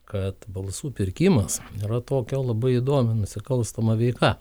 kad balsų pirkimas yra tokia labai įdomi nusikalstama veika